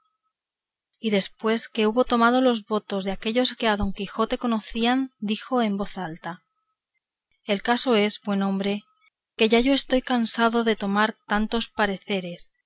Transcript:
y después que hubo tomado los votos de aquellos que a don quijote conocían dijo en alta voz el caso es buen hombre que ya yo estoy cansado de tomar tantos pareceres